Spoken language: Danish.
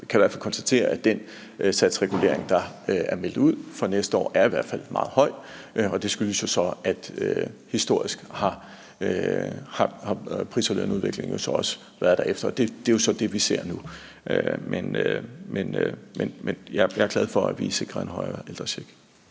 Vi kan i hvert fald konstatere, at den satsregulering, der er meldt ud for næste år, er meget høj, og det skyldes jo så, at pris- og lønudviklingen historisk også har være derefter. Det er jo så det, vi ser nu, men jeg er glad for, at vi sikrer en højere ældrecheck.